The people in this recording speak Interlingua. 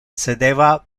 sedeva